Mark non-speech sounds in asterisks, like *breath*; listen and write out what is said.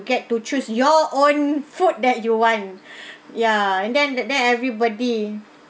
get to choose your own food that you want *breath* ya and then and then everybody